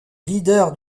leader